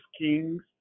Kings